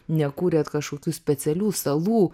nekūrėte kažkokių specialių salų